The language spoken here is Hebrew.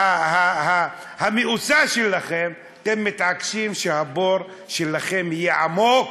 המאוסה שלכם, אתם מתעקשים שהבור שלכם יהיה עמוק,